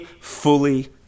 fully